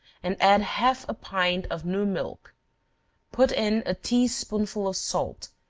and add half a pint of new milk put in a tea-spoonful of salt,